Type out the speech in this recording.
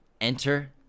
Enter